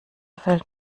fällt